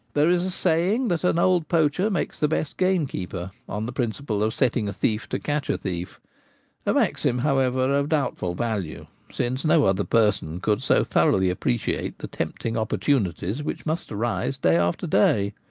there is a saying that an old poacher makes the best gamekeeper, on the principle of setting a thief to catch a thief a maxim, however, of doubtful value, since no other person could so thoroughly appreciate the tempting opportunities which must arise day after day.